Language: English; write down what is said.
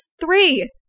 Three